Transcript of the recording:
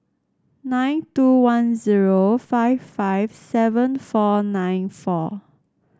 nine two one zero five five seven four nine four